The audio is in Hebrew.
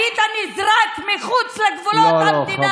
היית נזרק מחוץ לגבולות המדינה.